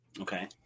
Okay